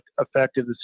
effective